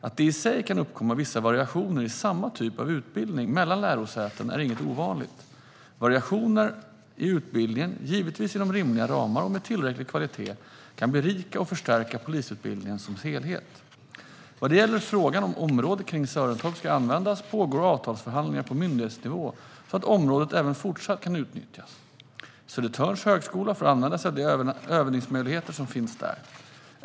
Att det i sig kan uppkomma vissa variationer i samma typ av utbildning mellan lärosäten är inget ovanligt. Variationer i utbildningen, givetvis inom rimliga ramar och med tillräcklig kvalitet, kan berika och förstärka polisutbildningen som helhet. Vad gäller frågan om hur området kring Sörentorp ska användas pågår avtalsförhandlingar på myndighetsnivå, så att området även fortsatt kan utnyttjas. Södertörns högskola får använda sig av de övningsmöjligheter som finns där.